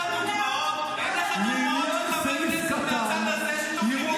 אין לך דוגמאות של חברי כנסת מהצד הזה?